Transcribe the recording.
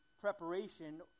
preparation